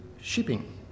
shipping